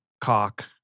cock